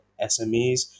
smes